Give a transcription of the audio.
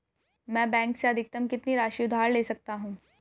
मैं बैंक से अधिकतम कितनी राशि उधार ले सकता हूँ?